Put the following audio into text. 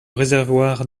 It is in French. réservoir